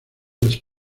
les